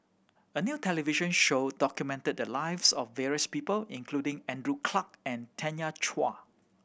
a new television show documented the lives of various people including Andrew Clarke and Tanya Chua